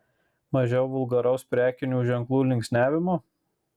mažiau vulgaraus prekinių ženklų linksniavimo